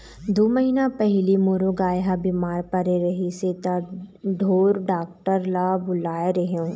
दू महीना पहिली मोरो गाय ह बिमार परे रहिस हे त ढोर डॉक्टर ल बुलाए रेहेंव